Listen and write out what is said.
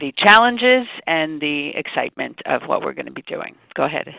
the challenges and the excitement of what we're going to be doing. go ahead.